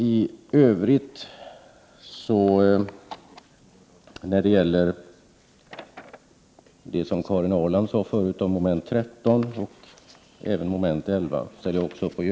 I övrigt yrkar jag bifall till utskottets hemställan.